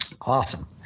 Awesome